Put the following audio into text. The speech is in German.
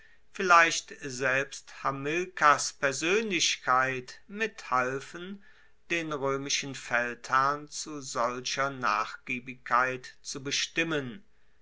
vielleicht selbst hamilkars persoenlichkeit mithalfen den roemischen feldherrn zu solcher nachgiebigkeit zu bestimmen